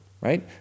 Right